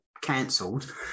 cancelled